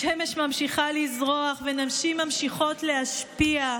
השמש ממשיכה לזרוח ונשים ממשיכות להשפיע,